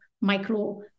micro